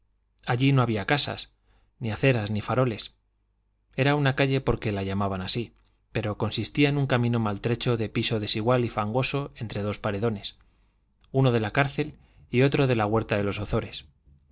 allí no había casas ni aceras ni faroles era una calle porque la llamaban así pero consistía en un camino maltrecho de piso desigual y fangoso entre dos paredones uno de la cárcel y otro de la huerta de los